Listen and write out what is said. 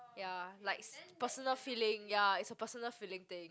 ya likes personal feeling ya it's a personal feeling thing